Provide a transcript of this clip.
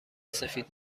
سفید